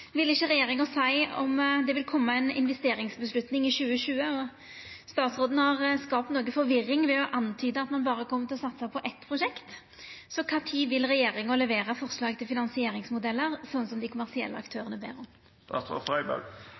vil ikkje regjeringa seie om det vil kome ei investeringsavgjerd i 2020, og statsråden har skapt forvirring ved å antyde at det berre vil satsast på eit prosjekt. Kva tid vil regjeringa levere forslag til finansieringsmodellar, slik dei kommersielle aktørane ber